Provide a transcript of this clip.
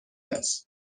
است